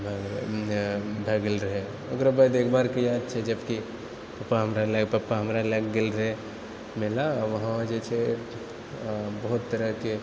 भए गेलो भए गेल रहै ओकरा बाद एक बारके याद छै जबकि पपा हमरा लए कऽ पपा हमरा लऽकऽ गेल रहै मेला वहाँ जेछै बहुत तरहकेँ